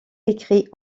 écrits